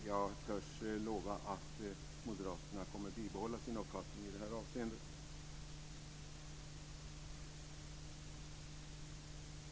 Jag törs lova att Moderaterna kommer att bibehålla sin uppfattning i det här avseendet.